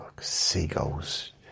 Seagulls